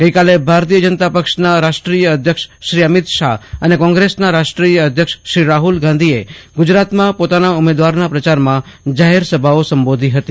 ગઇકાલે ભારતીય જનતા પક્ષના રાષ્ટ્રીય અધ્યક્ષ શ્રી અમિત શાહ અને કોંગ્રેસના રાષ્ટ્રીય અધ્યક્ષ શ્રી રાહુલ ગાંધીએ ગુજરાતમાં પોતાના ઉમેદવારોના પ્રચારમાં જાહેરસભાઓ સંબોધી હતી